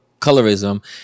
colorism